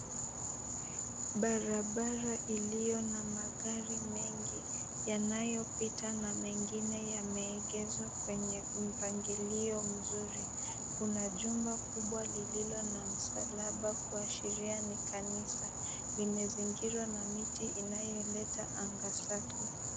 Barabara iliyona magari mengi yanayopita na mengine yameegezwa kwenye mpangilio mzuri. Kuna jumba kubwa lililo na msalaba kuashiria ni kanisa, limezingirwa na miti inayoleta anga safi.